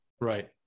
right